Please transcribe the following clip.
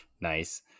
Nice